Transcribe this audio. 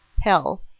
hell